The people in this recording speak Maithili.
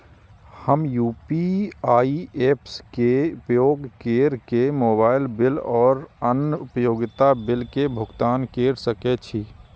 हम यू.पी.आई ऐप्स के उपयोग केर के मोबाइल बिल और अन्य उपयोगिता बिल के भुगतान केर सके छी